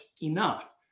enough